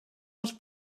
els